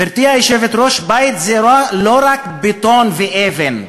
גברתי היושבת-ראש, בית זה לא רק בטון ואבן,